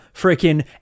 freaking